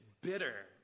bitter